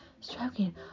stroking